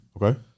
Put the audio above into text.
Okay